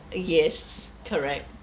yes correct